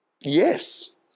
yes